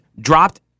dropped